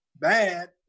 bad